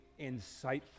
insightful